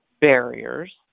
barriers